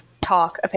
Talk